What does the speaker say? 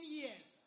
years